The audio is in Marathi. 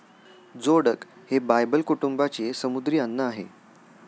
जोडक हे बायबल कुटुंबाचे समुद्री अन्न आहे